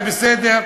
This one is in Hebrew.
זה בסדר.